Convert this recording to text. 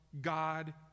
God